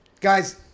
Guys